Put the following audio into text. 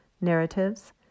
narratives